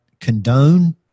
condone